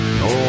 no